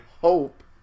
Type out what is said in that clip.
hope